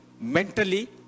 mentally